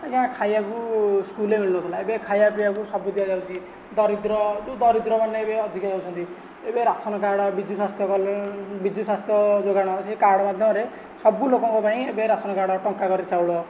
ଆଜ୍ଞା ଖାଇବାକୁ ସ୍କୁଲରେ ମିଳୁନଥିଲା ଏବେ ଖାଇବାକୁ ପିଇବାକୁ ସବୁ ଦିଆଯାଉଛି ଦରିଦ୍ର ଯେଉଁ ଦରିଦ୍ର ମାନେ ଏବେ ଅଧିକ ହୋଇଯାଉଛନ୍ତି ଏବେ ରାସନ କାର୍ଡ଼ ବିଜୁ ସ୍ବାସ୍ଥ୍ୟ କଲ୍ ବିଜୁ ସ୍ବାସ୍ଥ୍ୟ ଯୋଗାଣ ସେ କାର୍ଡ଼ ମାଧ୍ୟମରେ ସବୁ ଲୋକଙ୍କ ପାଇଁ ଏବେ ରାସନ କାର୍ଡ଼ ଟଙ୍କାକର ଚାଉଳ